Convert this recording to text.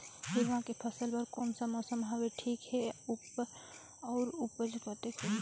हिरवा के फसल बर कोन सा मौसम हवे ठीक हे अउर ऊपज कतेक होही?